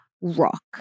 rock